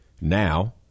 now